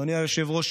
אדוני היושב-ראש,